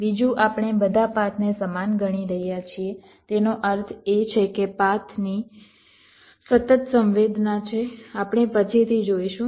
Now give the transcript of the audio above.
બીજું આપણે બધા પાથને સમાન ગણી રહ્યા છીએ તેનો અર્થ એ છે કે પાથની સતત સંવેદના છે આપણે પછીથી જોઈશું